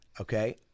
okay